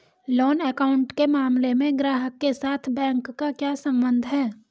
Loan account के मामले में ग्राहक के साथ बैंक का क्या संबंध है?